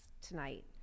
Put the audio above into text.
tonight